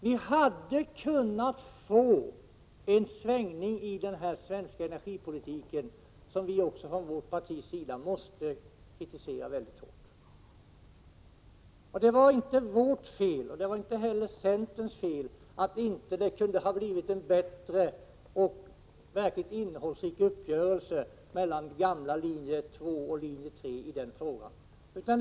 Vi hade kunnat få en svängning i den svenska energipolitiken, som vi från vårt partis sida också måste kritisera mycket hårt. Det var inte vårt fel, inte heller centerns fel, att det inte blev en bättre och verkligt innehållsrik uppgörelse mellan företrädarna för linje 2 och företrädarna för linje 3 i denna fråga.